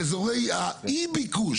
באזורי האי-ביקוש.